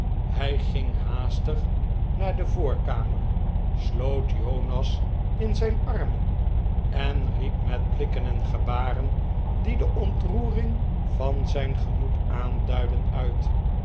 hij ging haastig naar de voorkamer sloot jonas in zijn armen en riep met blikken en gebaren die de ontroering van zijn gemoed aanduidden uit